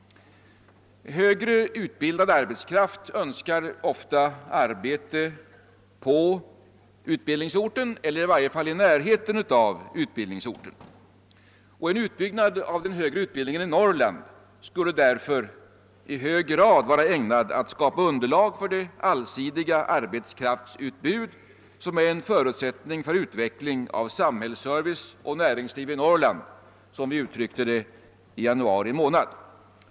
Högre utbildad arbetskraft önskar ofta arbete på eller åtminstone i närheten av utbildningsorten, och en utbyggnad av den högre utbildningen i Norrland skul le därför i hög grad vara ägnad att skapa underlag för det allsidiga arbetskraftsutbud som är en förutsättning för utveckling av samhällsservice och näringsliv i Norrland, så som vi uttryckte det i januari månad.